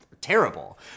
terrible